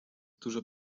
dużo